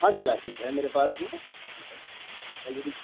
ہاں جی لائسنس ہے میرے پاس میں آل ریڈی